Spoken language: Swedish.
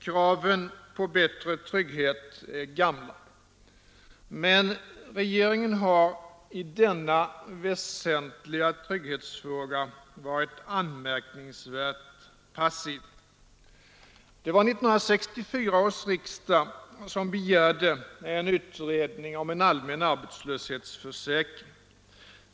Kraven på bättre trygghet är gamla, men regeringen har i denna väsentliga försäkringsfråga varit anmärkningsvärt passiv. Det var 1964 års riksdag som begärde en utredning om en allmän arbetslöshetsförsäkring.